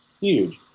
huge